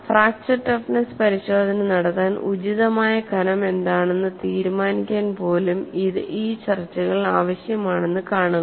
fracture toughness പരിശോധന നടത്താൻ ഉചിതമായ കനം എന്താണ് എന്ന് തീരുമാനിക്കാൻ പോലും ഈ ചർച്ചകൾ ആവശ്യമാണെന്ന് കാണുക